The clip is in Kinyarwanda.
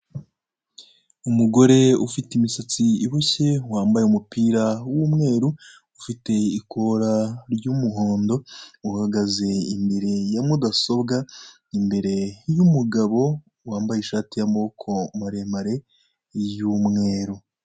Umugore ufite imisatsi iboshye wambaye umupira w'umweru ufite ikora ry'umuhondo uhagaze imbere ya mudasobwa imbere y'umugabo wambaye ishati y'amaboko maremare y'umweru.